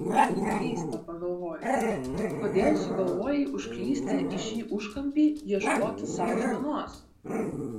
net keista pagalvojus kodėl sugalvojai užklysti į šį užkampį ieškoti sau žmonos